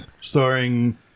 Starring